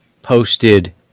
posted